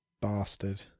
bastard